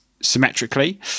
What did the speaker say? symmetrically